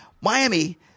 Miami